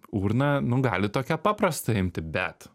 urna nu galit tokią paprastą imti bet